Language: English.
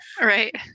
Right